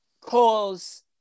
cause